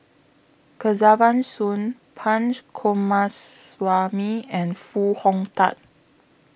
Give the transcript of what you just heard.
Kesavan Soon Punch Coomaraswamy and Foo Hong Tatt